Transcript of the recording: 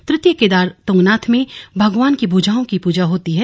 तृतीय केदार तुंगनाथ में भगवान की भुजाओ की पूजा की जाती है